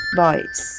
boys